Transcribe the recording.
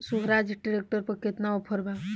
सोहराज tractor पर केतना offer बा?